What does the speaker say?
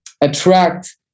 attract